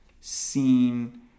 seen